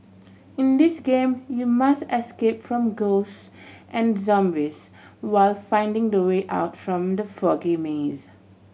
in this game you must escape from ghost and zombies while finding the way out from the foggy maze